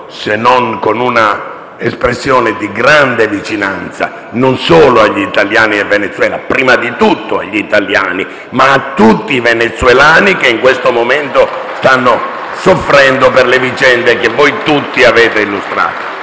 se non con un'espressione di grande vicinanza, prima di tutto agli italiani in Venezuela ma anche a tutti i venezuelani che in questo momento stanno soffrendo per le vicende che voi tutti avete illustrato.